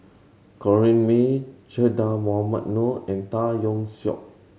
Corrinne May Che Dah Mohamed Noor and Tan Yeok Seong